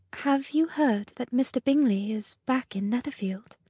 have you heard that mr. bingley is back in netherfield?